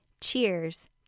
Cheers